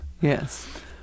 Yes